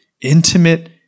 intimate